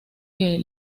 que